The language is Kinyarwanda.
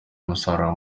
umusaruro